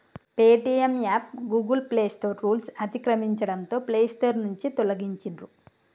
Paytm app Google Play Store రూల్స్ను అతిక్రమించడంతో Play Store నుంచి తొలగించిర్రు